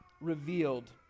revealed